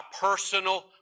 personal